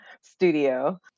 studio